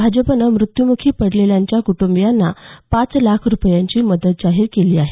भाजपनं मृत्यूमुखी पडलेल्यांच्या कुटुंबीयांना पाच लाख रुपयांची मदत जाहीर केली आहे